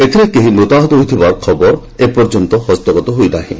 ଏଥିରେ କେହି ମୃତାହତ ହୋଇଥିବାର ଖବର ଏପର୍ଯ୍ୟନ୍ତ ହସ୍ତଗତ ହୋଇନାହିଁ